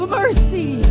mercy